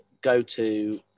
go-to